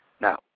Now